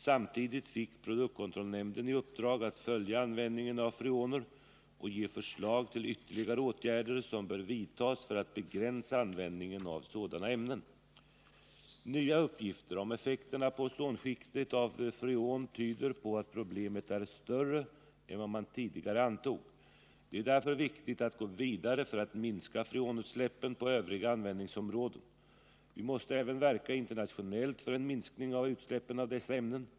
Samtidigt fick produktkontrollnämnden i uppdrag att följa användningen av freoner och ge förslag till ytterligare åtgärder som bör vidtas för att begränsa användningen av sådana ämnen. Nya uppgifter om effekterna på ozonskiktet av freon tyder på att problemet är större än vad man tidigare antog. Det är därför viktigt att gå vidare för att minska freonutsläppen på övriga användningsområden. Vi måste även verka internationellt för en minskning av utsläppen av dessa ämnen.